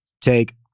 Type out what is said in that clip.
take